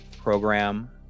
program